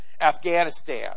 Afghanistan